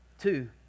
Two